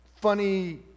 funny